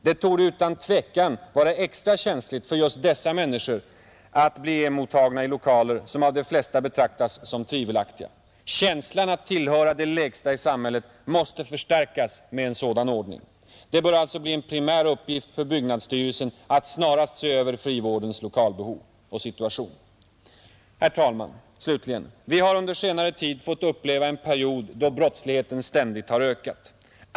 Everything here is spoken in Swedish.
Det torde utan tvekan vara extra känsligt för just dessa människor att bli emottagna i lokaler som av de flesta betraktas som tvivelaktiga. Känslan att tillhöra de lägsta i samhället måste förstärkas av en sådan ordning. Det bör alltså bli en primär uppgift för byggnadsstyrelsen att snarast se över frivårdens lokalbehov och Herr talman! Vi har under senare tid fått uppleva en period då brottsligheten ständigt har ökat.